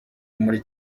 muri